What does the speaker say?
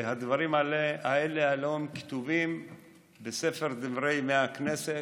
הדברים האלה הלוא כתובים בדברי הכנסת,